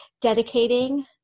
dedicating